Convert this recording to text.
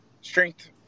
strength